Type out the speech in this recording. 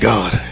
God